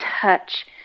touch